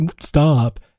stop